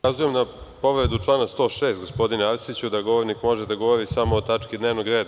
Ukazujem na povredu člana 106, gospodine Arsiću, da govornik može da govori samo o tački dnevnog reda.